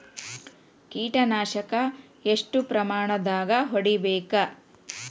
ಕೇಟ ನಾಶಕ ಎಷ್ಟ ಪ್ರಮಾಣದಾಗ್ ಹೊಡಿಬೇಕ?